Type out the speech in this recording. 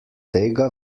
tega